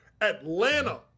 Atlanta